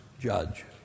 judge